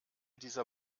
dieser